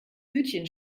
hütchen